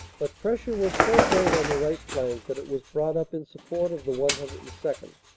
but pressure was so great on the right flank that it was brought up in support of the one hundred and second,